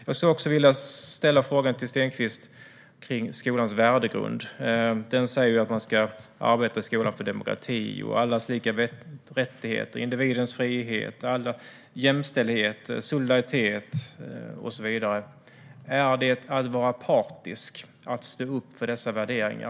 Jag skulle vilja ställa en fråga till Stenkvist om skolans värdegrund. Den säger att man i skolan ska arbeta för demokrati, allas lika rättigheter, individens frihet, jämställdhet, solidaritet och så vidare. Är det att vara partisk att stå upp för dessa värderingar?